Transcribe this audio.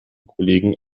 kollegen